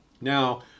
Now